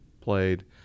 played